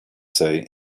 say